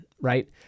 right